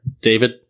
david